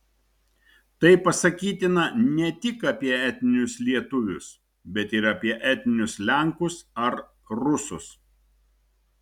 tai pasakytina ne tik apie etninius lietuvius bet ir apie etninius lenkus ar rusus